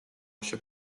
się